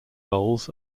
bowls